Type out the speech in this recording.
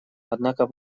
однако